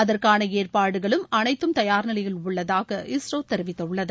அதற்கான ஏற்பாடுகளும் அனைத்தும் தயார் நிலையில் உள்ளதாக இஸ்ரோ தெரிவித்துள்ளது